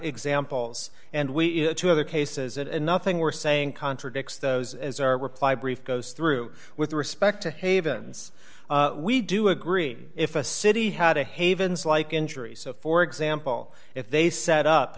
examples and we it to other cases and nothing we're saying contradicts those as our reply brief goes through with respect to havens we do agree if a city had a havens like injuries for example if they set up